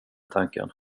tanken